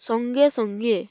ସଙ୍ଗେ ସଙ୍ଗେ